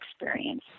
experience